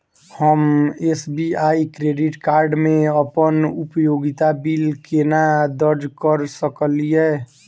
हम SBI credit card मे अप्पन उपयोगिता बिल केना दर्ज करऽ सकलिये?